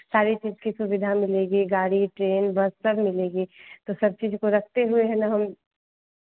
सारी चीज़ की सुविधा मिलेगी गाड़ी ट्रेन बस सब मिलेगी तो सब चीज़ को रखते हुए है ना हम